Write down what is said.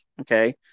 Okay